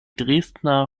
dresdner